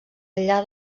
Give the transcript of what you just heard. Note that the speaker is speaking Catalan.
enllà